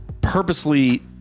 purposely